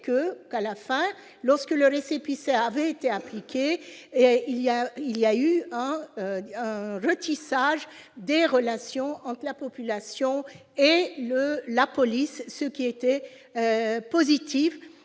qu'à la fin, lorsque le récépissé avait été impliqué, il y a, il y a eu un ratissage des relations entre la population et la police, ce qui a été positive